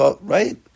right